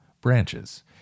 branches